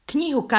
Knihu